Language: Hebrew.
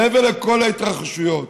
מעבר לכל ההתרחשויות,